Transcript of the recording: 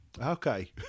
Okay